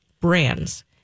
brands